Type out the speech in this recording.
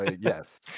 yes